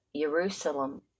Jerusalem